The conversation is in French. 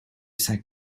saint